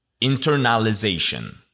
Internalization